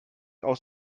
aus